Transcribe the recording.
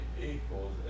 equals